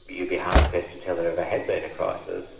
you'd be hard pressed to tell there ever had been a crisis,